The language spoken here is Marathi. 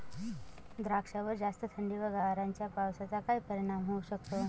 द्राक्षावर जास्त थंडी व गारांच्या पावसाचा काय परिणाम होऊ शकतो?